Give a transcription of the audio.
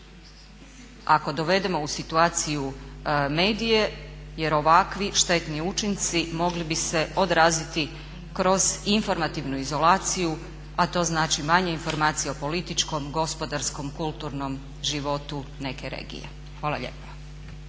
ako dovedemo u situaciju medije jer ovakvi štetni učinci mogli bi se odraziti kroz informativnu izolaciju, a to znači manje informacija o političkom, gospodarskom, kulturnom životu neke regije. Hvala lijepa.